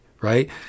right